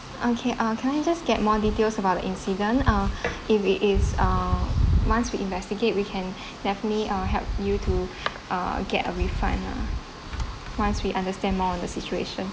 okay uh can I just get more details about the incident uh if it is uh once we investigate we can definitely uh help you to uh get a refund once we understand more on the situation